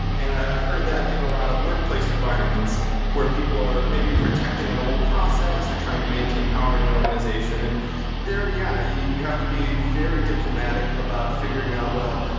and i've heard that in a lot of workplace environments where people are maybe protecting an old process or trying to maintain power in an organization and they're, yeah, you you have to be very diplomatic about figuring out, well,